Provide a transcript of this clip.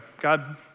God